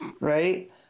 right